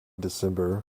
december